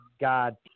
God